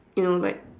you know like